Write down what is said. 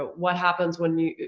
what happens when you,